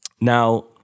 Now